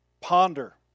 ponder